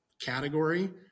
category